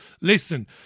Listen